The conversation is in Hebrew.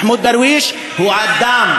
מחמוד דרוויש הוא אדם.